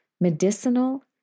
medicinal